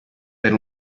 per